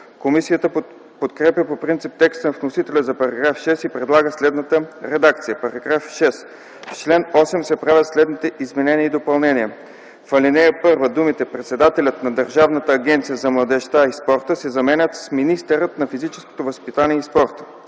Комисията подкрепя по принцип текста на вносителя за § 6 и предлага следната редакция: „§ 6. В чл. 8 се правят следните изменения и допълнения: 1. В ал. 1 думите „председателят на Държавната агенция за младежта и спорта” се заменят с „министърът на физическото възпитание и спорта”.